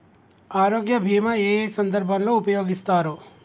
ఆరోగ్య బీమా ఏ ఏ సందర్భంలో ఉపయోగిస్తారు?